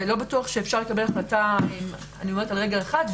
ולא בטוח שאפשר לקבל החלטה על רגל אחת.